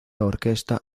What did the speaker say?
orquesta